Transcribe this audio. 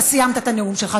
גזלתם ממני את הדקות שלי.